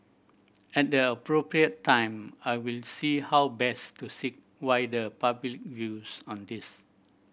at the appropriate time I will see how best to seek wider public views on this